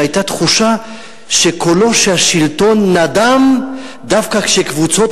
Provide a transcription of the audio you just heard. שהיתה תחושה שקולו של השלטון נדם דווקא כשקבוצות